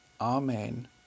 Amen